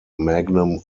magnum